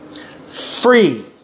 Free